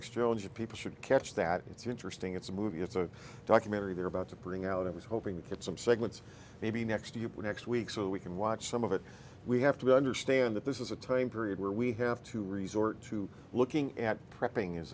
that people should catch that it's interesting it's a movie it's a documentary they're about to bring out i was hoping to get some segments maybe next year next week so we can watch some of it we have to understand that this is a time period where we have to resort to looking at prepping as